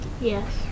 Yes